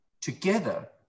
together